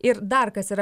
ir dar kas yra